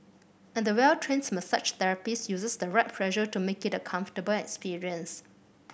and the well trains massage therapist uses the right pressure to make it a comfortable experience